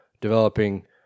developing